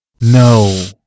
No